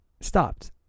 stopped